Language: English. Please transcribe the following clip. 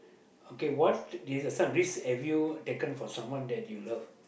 okay what is the son raised have you taken for someone that you love